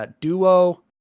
duo